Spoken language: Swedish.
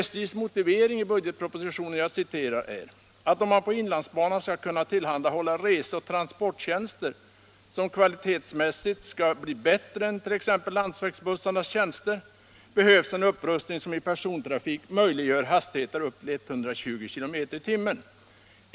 Som motiv härför anförs enligt budgetpropositionen: ”SJ menar att om man på inlandsbanan skall kunna tillhandahålla reseoch transporttjänster, som kvalitetsmässigt skall bli bättre än t.ex. landsvägsbussarnas tjänster, behövs en upprustning som i persontrafik möjliggör hastigheter upp till 120 km/h.